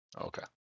Okay